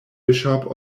bishop